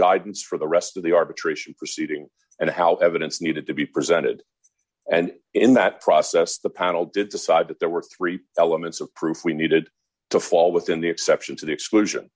guidance for the rest of the arbitration proceeding and how evidence needed to be presented and in that process the panel did decide that there were three elements of proof we needed to fall within the exception to the